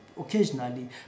occasionally